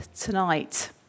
tonight